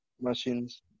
machines